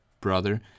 brother